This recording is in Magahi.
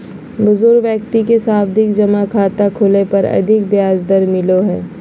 बुजुर्ग व्यक्ति के सावधि जमा खाता खोलय पर अधिक ब्याज दर मिलो हय